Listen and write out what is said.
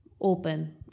open